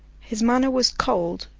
his manner was cold,